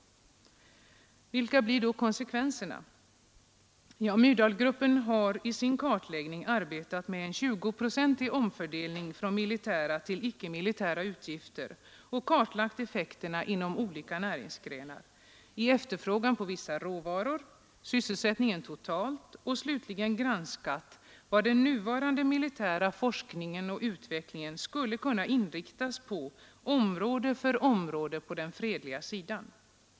Vilka blir då konsekvenserna? Myrdalgruppen har i sin kartläggning arbetat med en 20-procentig omfördelning från militära till icke-militära utgifter och kartlagt effekterna inom olika näringsgrenar, när det gäller efterfrågan på vissa råvaror och när det gäller sysselsättningen totalt. Slutligen har man granskat vad den nuvarande militära forskningen och utvecklingen skulle kunna inriktas på, område för område, på den fredliga sidan.